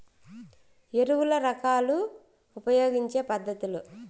ఎరువుల రకాలు ఉపయోగించే పద్ధతులు?